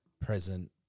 present